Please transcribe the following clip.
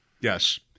Yes